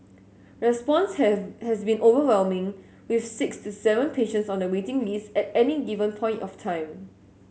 response has has been overwhelming with six to seven patients on the waiting list at any given point of time